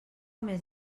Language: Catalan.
més